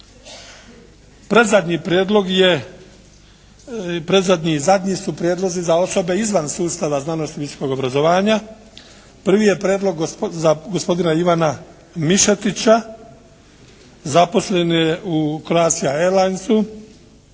predzadnji i zadnji su prijedlozi za osobe izvan sustava znanosti i visokog obrazovanja. Prvi je prijedlog za gospodina Ivana MIšetića. Zaposlen je u Croatia Airlinesu.